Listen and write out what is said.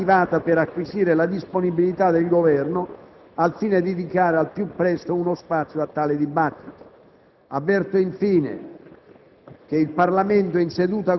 La Presidenza si è già attivata per acquisire la disponibilità del Governo al fine di dedicare al più presto uno spazio a tale dibattito. Avverto, infine,